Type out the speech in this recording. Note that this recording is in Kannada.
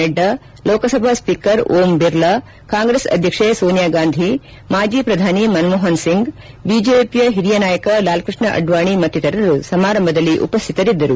ನಡ್ಲಾ ಲೋಕಸಭಾ ಸ್ವೀಕರ್ ಓಂ ಬಿರ್ಲಾ ಕಾಂಗ್ರೆಸ್ ಅಧ್ಯಕ್ಷೆ ಸೋನಿಯಾ ಗಾಂಧಿ ಮಾಜಿ ಪ್ರಧಾನಿ ಮನ್ಮೋಹನ್ ಸಿಂಗ್ ಬಿಜೆಪಿ ಹಿರಿಯ ನಾಯಕ ಲಾಲ್ ಕ್ಷಷ್ಣ ಅಡ್ಲಾಣಿ ಮತ್ತಿತರರು ಸಮಾರಂಭದಲ್ಲಿ ಉಪಸ್ಥಿತರಿದ್ದರು